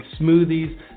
smoothies